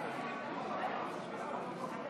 מכובדי